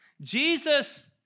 Jesus